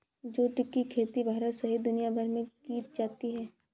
जुट की खेती भारत सहित दुनियाभर में की जाती है